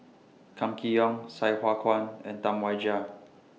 Kam Kee Yong Sai Hua Kuan and Tam Wai Jia